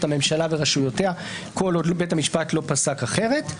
הממשלה ואת רשויותיה כל עוד בית המשפט לא פסק אחרת.